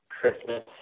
Christmas